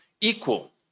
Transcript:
equal